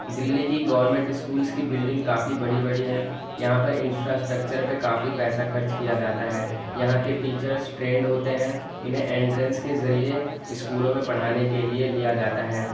دلی کی government schools کی building کافی بڑی بڑی ہیں یہاں پر انفراسٹکچرس پہ کافی پیسہ خرچ کیا جاتا ہے یہاں کے ٹیچرس ٹرینڈ ہوتے ہیں انہیں انٹرنس کے ذریعے اسکولوں میں پڑھانے کے لیے لیا جاتا ہے